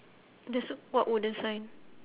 there's a what wooden sign